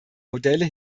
modelle